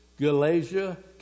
Galatia